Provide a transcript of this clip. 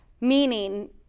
Meaning